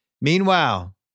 Meanwhile